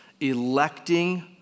electing